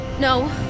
No